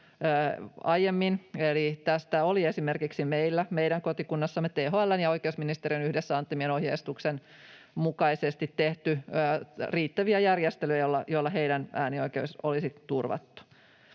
aiemmin. Eli tässä oli esimerkiksi meillä, meidän kotikunnassamme, THL:n ja oikeusministeriön yhdessä antaman ohjeistuksen mukaisesti tehty riittäviä järjestelyjä, joilla heidän äänioikeutensa olisi turvattu.